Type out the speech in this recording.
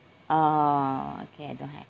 orh okay I don't have